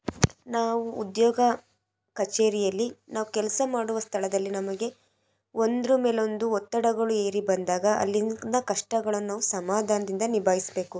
ನಾವು ಉದ್ಯೋಗ ಕಚೇರಿಯಲ್ಲಿ ನಾವು ಕೆಲಸ ಮಾಡುವ ಸ್ಥಳದಲ್ಲಿ ನಮಗೆ ಒಂದ್ರ ಮೇಲೊಂದು ಒತ್ತಡಗಳು ಏರಿ ಬಂದಾಗ ಅಲ್ಲಿ ಕಷ್ಟಗಳನ್ನು ಸಮಾಧಾನದಿಂದ ನಿಭಾಯಿಸಬೇಕು